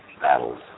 battles